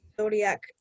zodiac